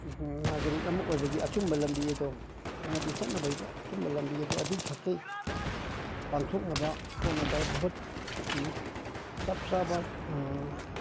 ꯅꯥꯒꯔꯤꯛ ꯑꯃ ꯑꯣꯏꯕꯒꯤ ꯑꯆꯨꯝꯕ ꯂꯝꯕꯤ ꯑꯗꯣ ꯃꯗꯨ ꯆꯠꯅꯕꯩꯗ ꯑꯆꯨꯝꯕ ꯂꯝꯕꯤꯗꯣ ꯑꯗꯨ ꯈꯛꯀꯤ ꯄꯥꯡꯊꯣꯛꯅꯕ ꯍꯣꯠꯅꯕ ꯚꯣꯠꯀꯤ ꯆꯞ ꯆꯥꯕ